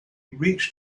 reached